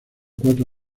cuatro